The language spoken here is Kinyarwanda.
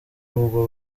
ubwo